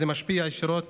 זה משפיע ישירות